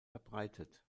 verbreitet